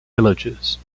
villagers